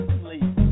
please